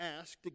asked